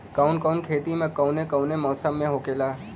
कवन कवन खेती कउने कउने मौसम में होखेला?